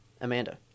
Amanda